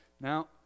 Now